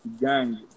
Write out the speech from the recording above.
gang